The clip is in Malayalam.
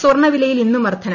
സ്വർണ്ണ വിലയിൽ ഇന്നും വർദ്ധന